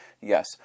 yes